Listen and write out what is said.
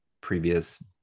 previous